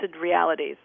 realities